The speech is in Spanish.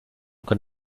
con